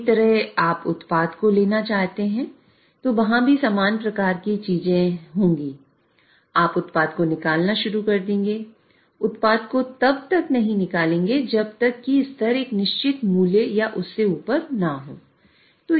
इसी तरह यदि आप उत्पाद को लेना चाहते हैं तो वहां भी समान प्रकार की चीज होगी आप उत्पाद को निकालना शुरू कर देंगे उत्पाद को तब तक नहीं निकालेंगे जब तक कि स्तर एक निश्चित मूल्य या उससे ऊपर न हो